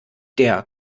der